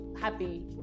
happy